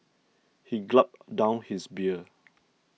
he gulped down his beer